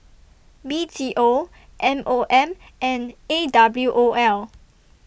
B T O M O M and A W O L